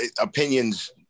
opinions